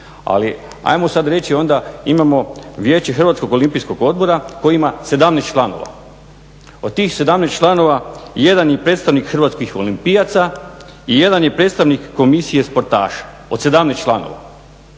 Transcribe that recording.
ali ajmo sada reći onda, imamo Vijeće Hrvatskog olimpijskog odbora koje ima 17 članova. Od tih 17 članova 1 je predstavnik Hrvatskih olimpijaca i 1 je predstavnik komisije sportaša, od 17 članova.